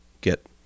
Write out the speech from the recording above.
get